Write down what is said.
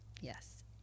Yes